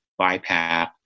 bipap